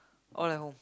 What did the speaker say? all at home